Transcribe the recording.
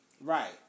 right